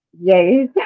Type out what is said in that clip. yes